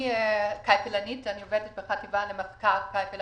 אני כלכלנית, אני עובדת בחטיבה למחקר, כלכלה